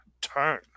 turn